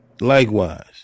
likewise